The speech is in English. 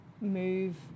move